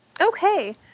Okay